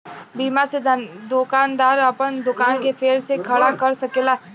बीमा से दोकानदार आपन दोकान के फेर से खड़ा कर सकेला